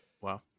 Wow